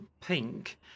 pink